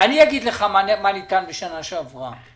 אני אגיד לך מה ניתן שנה שעברה